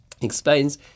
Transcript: explains